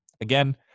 Again